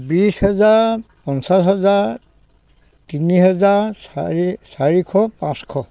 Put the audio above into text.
বিছ হেজাৰ পঞ্চাছ হেজাৰ তিনি হেজাৰ চাৰি চাৰিশ পাঁচশ